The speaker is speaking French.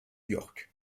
york